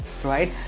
right